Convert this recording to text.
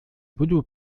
voodoo